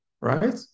Right